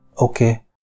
okay